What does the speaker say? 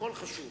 הכול חשוב.